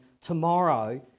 tomorrow